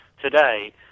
today